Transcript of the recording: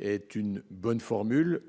est une bonne formule.